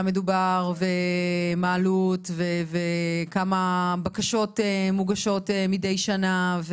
מדובר ומה העלות וכמה בקשות מוגשת מידי שנה,